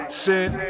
sin